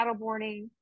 paddleboarding